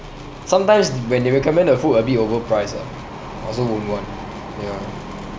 sometimes when they recommend the food a bit overpriced ah I also won't want ya